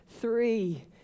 three